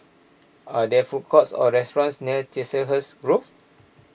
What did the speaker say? are there food courts or restaurants near Chiselhurst Grove